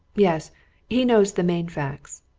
yes he knows the main facts.